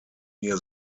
near